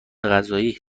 غذایی